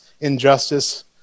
injustice